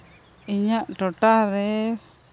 ᱤᱧᱟᱹᱜ ᱴᱚᱴᱷᱟ ᱨᱮ